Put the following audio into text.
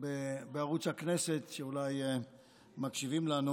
בערוץ הכנסת שאולי מקשיבים לנו